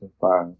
five